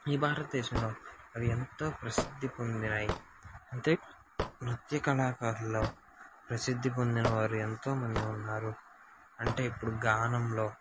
ఈ భారతదేశంలో అవి ఎంతో ప్రసిద్ధి పొందాయి అంటే నృత్య కళాకారుల్లో ప్రసిద్ధి పొందిన వారు ఎంతో మంది ఉన్నారు అంటే ఇప్పుడు గానంలో